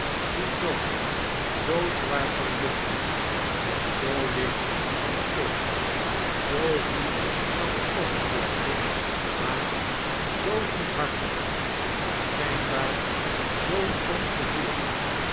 die john zoo zwaar van lichaam en zoo licht van geest zoo ruw aan de oppervlakte maar zoo goedhartdg schijnbaar zoo